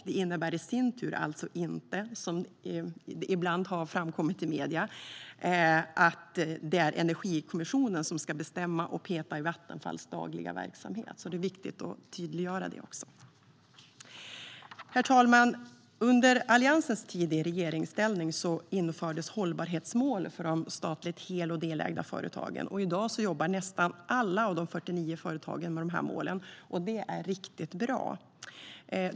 Det innebär i sin tur inte heller, som det ibland har framkommit i medierna, att Energikommissionen ska bestämma och peta i Vattenfalls dagliga verksamhet. Det är viktigt att tydliggöra det. Herr talman! Under Alliansens tid i regeringsställning infördes hållbarhetsmål för de statligt hel och delägda företagen. I dag jobbar nästan alla de 49 företagen med dessa mål, vilket är riktigt bra.